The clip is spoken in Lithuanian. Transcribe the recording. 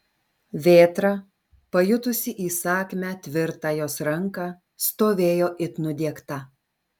vėtra pajutusi įsakmią tvirtą jos ranką stovėjo it nudiegta